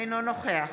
אינו נוכח